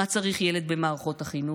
מה צריך ילד במערכות החינוך,